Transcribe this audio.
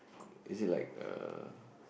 is it like uh